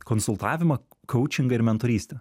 konsultavimą kaučingą ir mentorystę